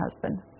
husband